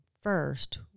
first